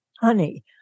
Honey